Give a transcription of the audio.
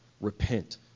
repent